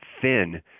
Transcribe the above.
thin